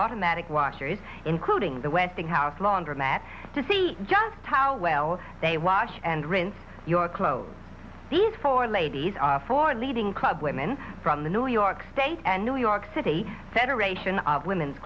automatic watchers including the westinghouse laundromat to see just how well they wash and rinse your clothes these four ladies are for leading club women from the new york state and new york city said ration of women's